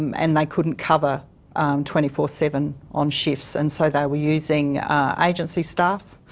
and they couldn't cover twenty four seven on shifts. and so they were using agency staff.